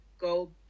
go